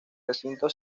recinto